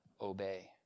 obey